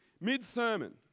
Mid-sermon